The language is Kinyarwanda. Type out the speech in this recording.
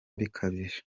bikabije